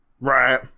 Right